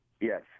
Yes